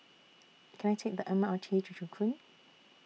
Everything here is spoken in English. Can I Take The M R T to Joo Koon